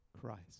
Christ